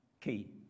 key